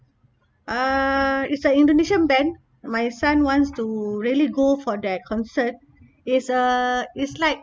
uh it's a indonesian band my son wants to really go for their concert it's a it's like